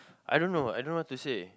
I don't know I don't know what to say